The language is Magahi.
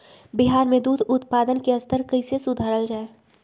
बिहार में दूध उत्पादन के स्तर कइसे सुधारल जाय